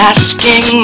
Asking